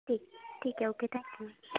ٹھیک ٹھیک ہے اوکے تھینک یو